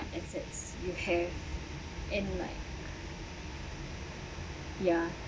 as it's you have and like ya